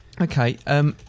Okay